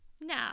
no